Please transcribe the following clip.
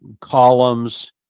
columns